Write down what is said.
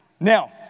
Now